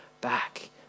back